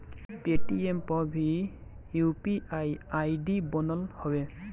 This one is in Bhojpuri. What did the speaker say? पेटीएम पअ भी यू.पी.आई आई.डी बनत हवे